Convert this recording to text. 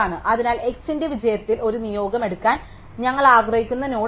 അതിനാൽ x ന്റെ വിജയത്തിൽ ഒരു നിയോഗം എടുക്കാൻ ഞങ്ങൾ ആഗ്രഹിക്കുന്ന നോഡ് അതാണ്